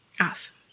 Awesome